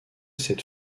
cette